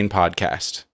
podcast